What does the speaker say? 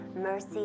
mercy